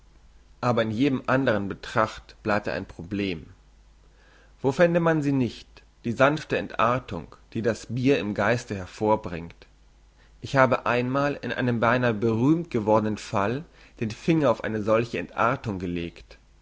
aber in jedem andren betracht bleibt er ein problem wo fände man sie nicht die sanfte entartung die das bier im geiste hervorbringt ich habe einmal in einem beinahe berühmt gewordnen fall den finger auf eine solche entartung gelegt